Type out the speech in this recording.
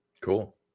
Cool